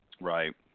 Right